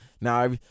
Now –